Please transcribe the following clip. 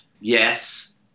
Yes